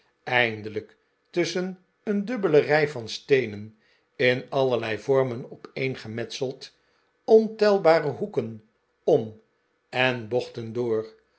eindelijk tusschen een dubbele rij van steenen in allerlei vormen opeengemetseld ontelbare hoeken om en bochten door